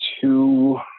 two